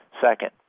Second